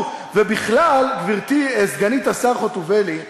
ובכלל, גברתי, סגנית השר חוטובלי,